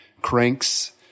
cranks